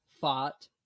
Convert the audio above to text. fought